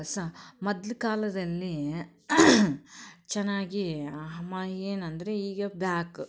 ಸ ಮೊದ್ಲ ಕಾಲದಲ್ಲಿ ಚೆನ್ನಾಗಿ ಏನಂದರೆ ಈಗ ಬ್ಯಾಗ್